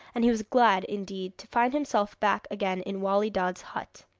and he was glad indeed to find himself back again in wali dad's hut.